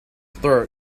throat